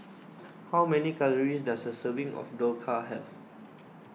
how many calories does a serving of Dhokla have